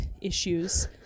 issues